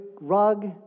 rug